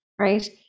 right